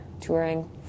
Touring